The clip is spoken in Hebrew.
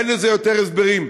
אין לזה יותר הסברים.